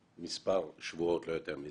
מספר שבועות, לא יותר מזה.